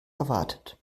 erwartet